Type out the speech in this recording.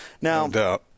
Now